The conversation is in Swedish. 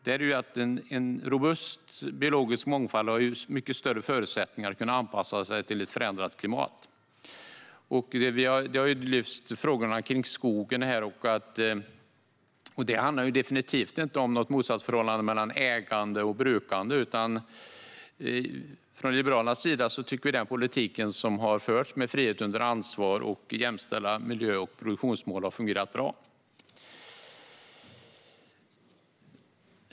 En robust biologisk mångfald har mycket bättre förutsättningar att anpassa sig till ett förändrat klimat. Frågor kring skogen har lyfts här. Det finns definitivt inte något motsatsförhållande mellan ägande och brukande. Från Liberalernas sida tycker vi att den politik som har förts, med frihet under ansvar och jämställda miljö och produktionsmål, har fungerat bra.